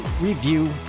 review